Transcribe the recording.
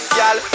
Y'all